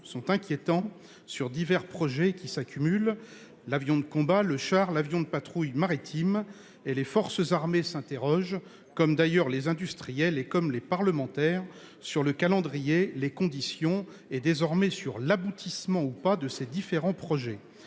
s'accumulent sur divers projets : l'avion de combat, le char, l'avion de patrouille maritime ... Les forces armées s'interrogent, comme d'ailleurs les industriels et comme les parlementaires, sur le calendrier, les conditions et, désormais, sur l'aboutissement même de ces différents projets.